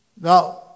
Now